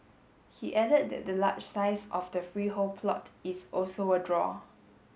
he added that the large size of the freehold plot is also a draw